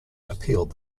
appealed